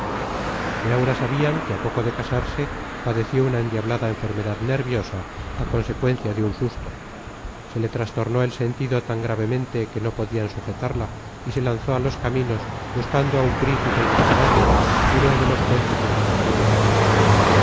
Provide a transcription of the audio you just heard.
de aura sabían que a poco de casarse padeció una endiablada enfermedad nerviosa a consecuencia de un susto se le trastornó el sentido tan gravemente que no podían sujetarla y se lanzó a los caminos buscando a un príncipe imaginario héroe de los cuentos infantiles